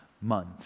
month